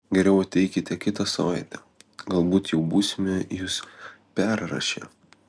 geriau ateikite kitą savaitę galbūt jau būsime jus perrašę